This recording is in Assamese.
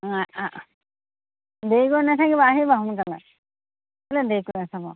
দেৰি কৰি নেথাকিবা আহিবা সোনকালে কেলৈ দেৰি কৰি আছা বাৰু